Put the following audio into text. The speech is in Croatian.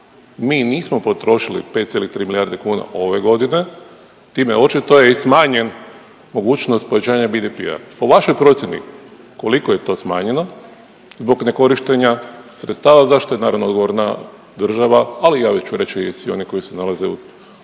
Mi nismo potrošili 5,3 milijarde kuna ove godine, time očito je i smanjen mogućnost povećanja BDP-a. Po vašoj procjeni koliko je to smanjeno zbog nekorištenja sredstava za što je odgovorna država ali ću reći i svi oni koji se nalaze u tom lancu